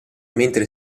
mentre